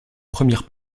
première